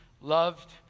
loved